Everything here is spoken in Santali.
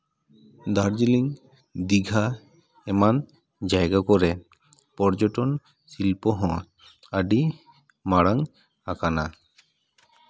ᱫᱟᱨᱡᱤᱞᱤᱝ ᱫᱤᱜᱷᱟ ᱮᱢᱟᱱ ᱡᱟᱭᱜᱟ ᱠᱚᱨᱮᱫ ᱯᱚᱨᱡᱚᱴᱚᱱ ᱥᱤᱞᱯᱚ ᱦᱚᱸ ᱟᱹᱰᱤ ᱢᱟᱲᱟᱝ ᱟᱠᱟᱱᱟ